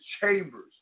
chambers